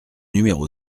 numéro